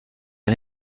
این